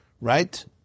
Right